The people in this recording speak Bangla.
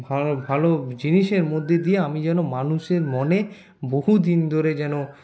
ভালো ভালো জিনিসের মধ্যে দিয়ে আমি যেন মানুষের মনে বহুদিন ধরে যেন